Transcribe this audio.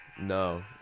No